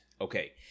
Okay